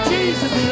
Jesus